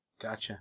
Gotcha